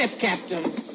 Captain